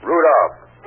Rudolph